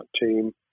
team